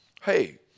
Hey